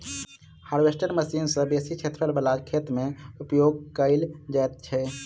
harvester machine सॅ बेसी क्षेत्रफल बला खेत मे उपयोग कयल जाइत छै